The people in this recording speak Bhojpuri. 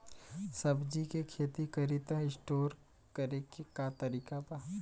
सब्जी के खेती करी त स्टोर करे के का तरीका बा?